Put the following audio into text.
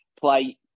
play